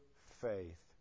faith